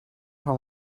van